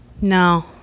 no